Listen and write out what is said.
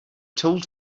told